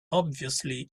obviously